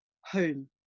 home